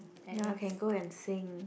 ya can go and sing